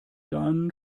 dann